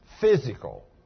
Physical